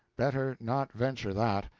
better not venture that.